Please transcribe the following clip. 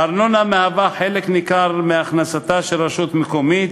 הארנונה היא חלק ניכר מהכנסתה של רשות מקומית,